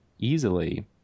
easily